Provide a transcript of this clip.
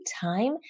time